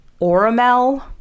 Oramel